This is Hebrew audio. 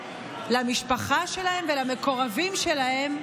למשפחה שלהם ולמקורבים שלהם,